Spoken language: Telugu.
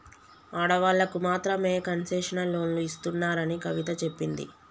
ఆడవాళ్ళకు మాత్రమే కన్సెషనల్ లోన్లు ఇస్తున్నారని కవిత చెప్పింది